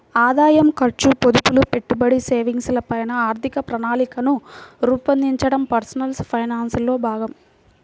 ఆదాయం, ఖర్చు, పొదుపులు, పెట్టుబడి, సేవింగ్స్ ల పైన ఆర్థిక ప్రణాళికను రూపొందించడం పర్సనల్ ఫైనాన్స్ లో భాగం